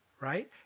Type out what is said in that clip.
right